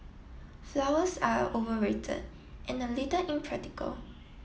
flowers are overrated and a little impractical